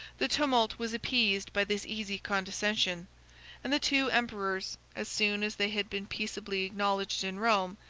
the tumult was appeased by this easy condescension and the two emperors, as soon as they had been peaceably acknowledged in rome,